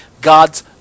God's